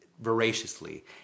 voraciously